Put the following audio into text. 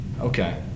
okay